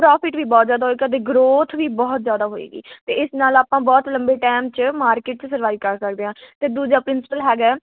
profit ਵੀ ਬਹੁਤ ਜ਼ਿਆਦਾ ਹੋਏ ਕਦੇ ਗਰੋਥ ਵੀ ਬਹੁਤ ਜ਼ਿਆਦਾ ਹੋਏਗੀ ਅਤੇ ਇਸ ਨਾਲ ਆਪਾਂ ਬਹੁਤ ਲੰਬੇ ਟਾਈਮ 'ਚ ਮਾਰਕਿਟ 'ਚ ਸਰਵਾਈਵ ਕਰ ਸਕਦੇ ਹਾਂ ਅਤੇ ਦੂਜਾ ਪ੍ਰਿੰਸੀਪਲ ਹੈਗਾ